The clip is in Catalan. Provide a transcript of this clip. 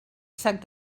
sac